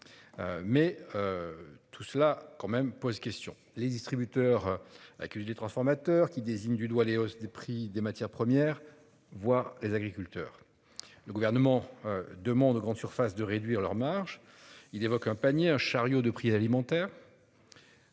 quand même pose question. Les distributeurs accueilli des transformateurs qui désigne du doigt les hausses des prix des matières premières. Voir les agriculteurs. Le gouvernement demande de grandes surfaces de réduire leurs marges. Il évoque un panier un chariot de prix alimentaires.